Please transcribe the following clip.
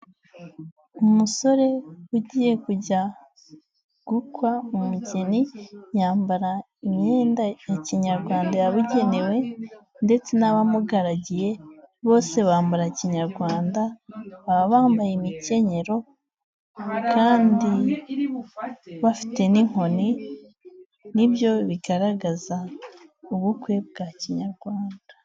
Umusore ugiye kujya gukwa umugeni yambara imyenda ya kinyarwanda yabugenewe ndetse n'abamugaragiye bose bambara kinyarwanda, baba bambaye imikenyero kandi bafite n'inkoni nibyo bigaragaza ubukwe bwa kinyarwanda.